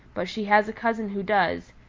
but she has a cousin who does,